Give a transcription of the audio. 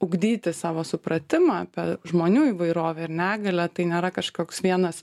ugdyti savo supratimą apie žmonių įvairovę ir negalią tai nėra kažkoks vienas